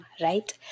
right